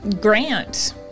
Grant